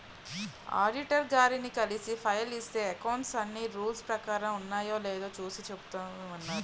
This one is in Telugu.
ఆడిటర్ గారిని కలిసి ఫైల్ ఇస్తే అకౌంట్స్ అన్నీ రూల్స్ ప్రకారం ఉన్నాయో లేదో చూసి చెబుతామన్నారు